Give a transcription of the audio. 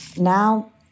Now